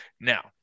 now